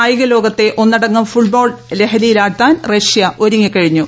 കായിക ലോകത്തെ ഒന്നടങ്കം ഫുട്ബോൾ ലഹരിയിലാഴ്ത്താൻ റഷ്യ ഒരുങ്ങിക്കഴിഞ്ഞു